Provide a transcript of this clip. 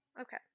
Okay